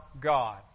God